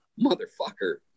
motherfucker